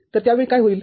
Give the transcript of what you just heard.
तर त्या वेळी काय होईल